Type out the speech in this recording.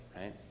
right